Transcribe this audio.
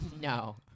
No